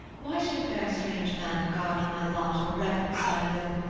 why should a fair, strange man regard my lot, or reverence my will?